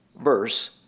verse